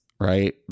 Right